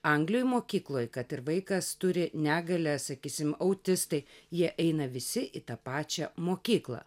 anglijoj mokykloj kad ir vaikas turi negalią sakysim autistai jie eina visi į tą pačią mokyklą